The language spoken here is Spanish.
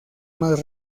más